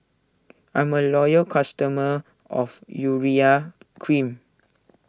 I'm a loyal customer of Urea Cream